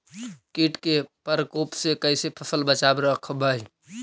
कीट के परकोप से कैसे फसल बचाब रखबय?